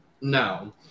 No